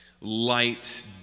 Light